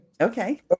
Okay